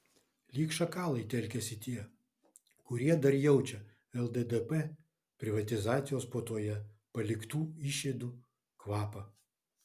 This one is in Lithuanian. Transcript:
lyg šakalai telkiasi tie kurie dar jaučia lddp privatizacijos puotoje paliktų išėdų kvapą